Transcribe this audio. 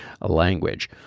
language